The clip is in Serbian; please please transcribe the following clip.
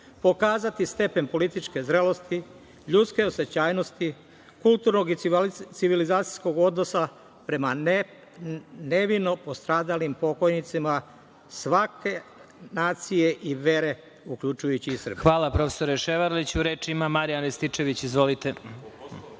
pokazati stepen političke zrelosti, ljudske osećajnosti, kulturnog i civilizacijskog odnosa prema nevino postradalim pokojnicima svake nacije i vere, uključujući i Srbe. **Vladimir Marinković** Hvala, profesore Ševarliću. Reč ima Marijan Rističević.